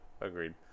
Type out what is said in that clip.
agreed